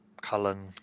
Cullen